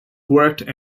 worked